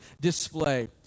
display